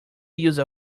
use